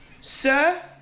Sir